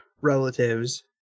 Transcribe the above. relatives